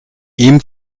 ihm